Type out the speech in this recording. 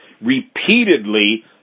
repeatedly